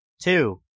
Two